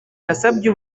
nasabye